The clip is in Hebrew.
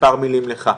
מספר מילים לך.